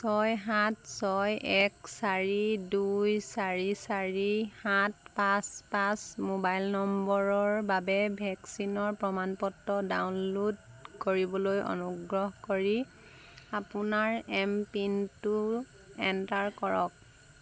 ছয় সাত ছয় এক চাৰি দুই চাৰি চাৰি সাত পাঁচ পাঁচ মোবাইল নম্বৰৰ বাবে ভেকচিনৰ প্ৰমাণ পত্ৰ ডাউনলোড কৰিবলৈ অনুগ্ৰহ কৰি আপোনাৰ এম পিনটো এণ্টাৰ কৰক